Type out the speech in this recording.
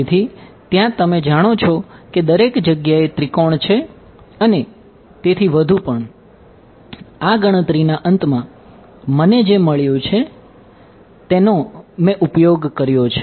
તેથી ત્યાં તમે જાણો છો કે દરેક જગ્યાએ ત્રિકોણ ના અંતમાં મને જે મળ્યું છે તેનો મે ઉપયોગ કર્યો છે